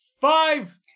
five